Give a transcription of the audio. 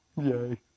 Yay